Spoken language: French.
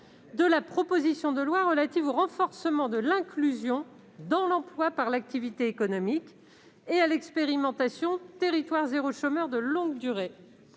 de la proposition de loi relative au renforcement de l'inclusion dans l'emploi par l'activité économique et à l'expérimentation « territoires zéro chômeur de longue durée